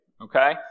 okay